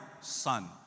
son